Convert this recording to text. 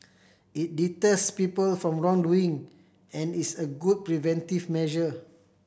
it deters people from wrongdoing and is a good preventive measure